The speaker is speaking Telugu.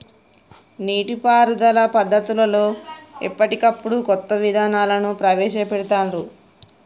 నీటి పారుదల పద్దతులలో ఎప్పటికప్పుడు కొత్త విధానాలను ప్రవేశ పెడుతాన్రు